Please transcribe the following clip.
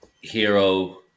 Hero